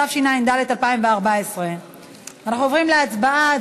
התשע"ד 2014. אנחנו עוברים להצבעה.